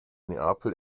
neapel